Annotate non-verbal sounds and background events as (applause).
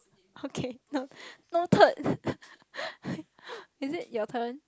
okay no no noted (laughs) is it your turn